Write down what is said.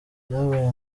byabaye